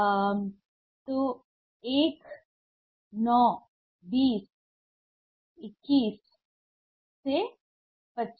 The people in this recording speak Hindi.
१ १ ९ २० २१ से २५